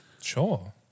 Sure